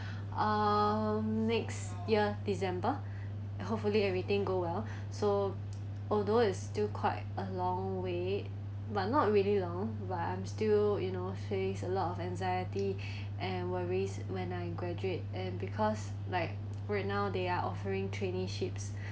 um next year december hopefully everything go well so although is still quite a long way but not really long but I'm still you know face a lot of anxiety and worries when I graduate and because like right now they are offering traineeships